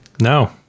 No